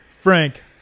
Frank